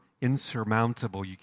insurmountable